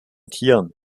tieren